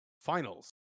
finals